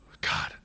God